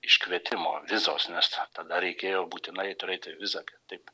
iškvietimo vizos nes tada reikėjo būtinai turėti vizą kitaip